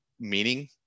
meaning